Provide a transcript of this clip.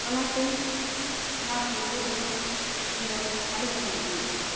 ᱚᱱᱟᱛᱮ ᱚᱱᱟ ᱯᱩᱛᱷᱤ ᱫᱚ ᱤᱧᱫᱚ ᱟᱹᱰᱤᱧ ᱠᱩᱥᱤᱭᱟᱜᱼᱟ